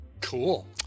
Cool